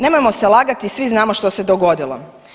Nemojmo se lagati, svi znamo što se dogodilo.